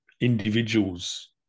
individuals